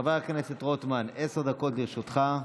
חבר הכנסת רוטמן, עשר דקות לרשותך,